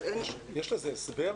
יש לזה הסבר?